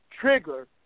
trigger